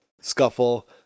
scuffle